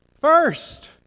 first